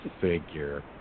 figure